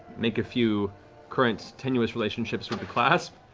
make a few current, tenuous relationships with the clasp,